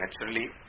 naturally